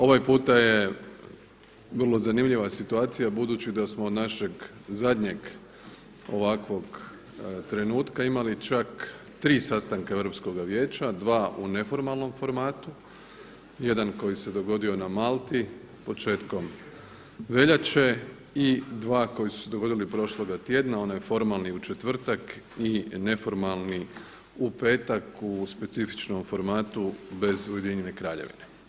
Ovaj puta je vrlo zanimljiva situacija budući da smo od našeg zadnjeg ovakvog trenutka imali čak 3 sastanka Europskoga vijeća dva u neformalnom formatu, jedan koji se dogodio na Malti početkom veljače i dva koji su se dogodili prošloga tjedna onaj formalni u četvrtak i neformalni u petak u specifičnom formatu bez Ujedinjene Kraljevine.